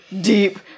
deep